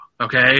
okay